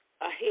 ahead